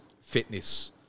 fitness